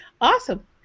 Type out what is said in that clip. Awesome